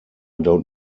don’t